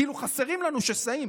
כאילו חסרים לנו שסעים,